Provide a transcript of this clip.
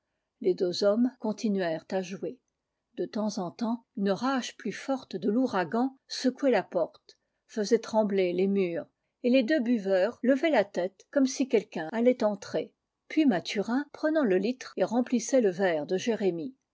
les deux hommes continuèrent à jouer de temps en temps une rage plus forte de l'ouragan secouait la porte faisait trembler les murs et les deux buveurs levaient la tête comme si quelqu'un allait entrer puis mathurin prenait le litre et remplissait le verre de jérémie